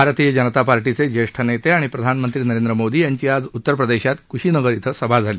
भारतीय जनता पार्टीचे ज्येष्ठ नेते आणि प्रधानमंत्री नरेंद्र मोदी यांची आज उत्तरप्रदेशात कुशीनगर कुं सभा झाली